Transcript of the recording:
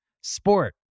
sport